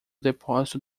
depósito